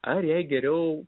ar jai geriau